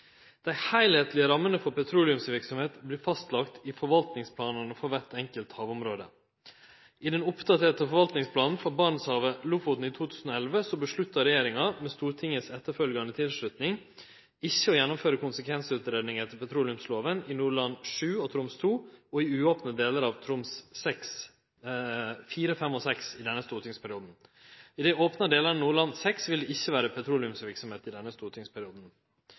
Dei heilskaplege rammene for petroleumsverksemd vert fastlagde i forvaltingsplanane for kvart enkelt havområde. I den oppdaterte forvaltingsplanen for Barentshavet–Lofoten i 2011 vedtok regjeringa, med tilslutning frå Stortinget si etterpåfølgjande tilslutning, ikkje å gjennomføre konsekvensutgreiing etter petroleumsloven i Nordland VII og Troms II, og i uopna delar av Troms IV, V og VI i denne stortingsperioden. I dei opna delane av Nordland VI vil det ikkje vere petroleumsverksemd i denne stortingsperioden.